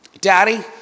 daddy